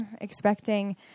expecting